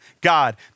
God